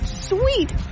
sweet